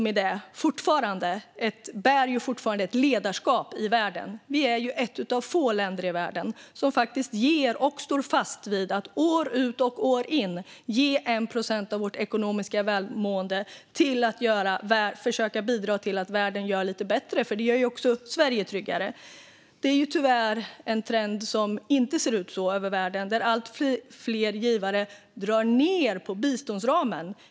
Med detta bär vi fortfarande ett ledarskap i världen. Vi är ett av få länder i världen som faktiskt ger och står fast vid att år ut och år in ge 1 procent av vårt ekonomiska välmående för att försöka bidra till att göra världen lite bättre. Det gör ju också Sverige tryggare. Tyvärr ser trenden inte ut så över världen. Allt fler givare drar ned på biståndsramen.